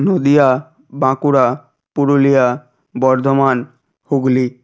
Nadia Bankura Purulia Bardhaman Hooghly